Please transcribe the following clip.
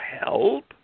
help